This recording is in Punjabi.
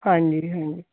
ਹਾਂਜੀ ਹਾਂਜੀ